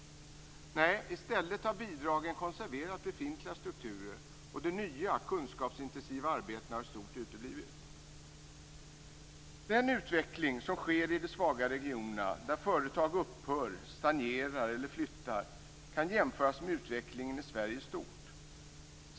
Nej, i stället har bidragen konserverat befintliga strukturer, och de nya, kunskapsintensiva arbetena har i stort uteblivit. Den utveckling som sker i de svaga regionerna, där företag upphör, stagnerar eller flyttar, kan jämföras med utvecklingen i Sverige i stort.